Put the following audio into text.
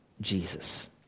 Jesus